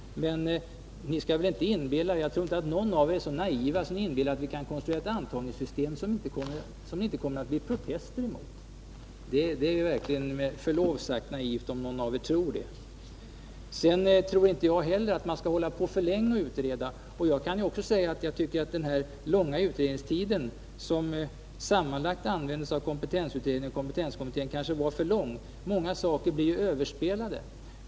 Men jag tror inte att någon av er är så naiv att ni inbillar er att ni kan konstruera ett antagningssystem som det inte kommer att bli protester mot. Det är verkligen, med förlov sagt, naivt om någon av er tror det. Inte heller jag anser att man skall utreda för länge. Jag kan också säga att den utredningstid som sammanlagt användes av kompetensutredningen och kompetenskommittén kanske var för lång. Många saker blir ju överspelade.